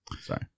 Sorry